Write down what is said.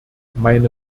meine